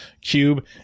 cube